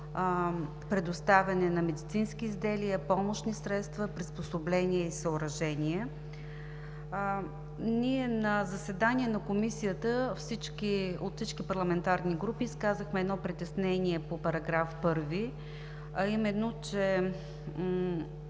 предоставяне на медицински изделия, помощни средства, приспособления и съоръжения. На заседание на Комисията от всички парламентарни групи ние изказахме притеснение по § 1, че се